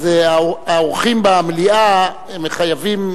אז האורחים במליאה חייבים